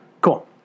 Cool